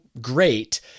great